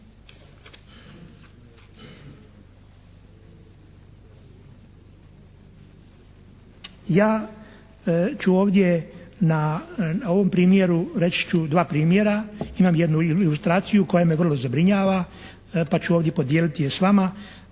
Ja ću ovdje na ovom primjeru, reći ću dva primjera, imam jednu ilustraciju koja me vrlo zabrinjava, pa ću ovdje podijeliti je s vama,